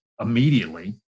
immediately